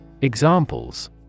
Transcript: Examples